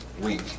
week